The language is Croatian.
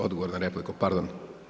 Odgovor na repliku, pardon.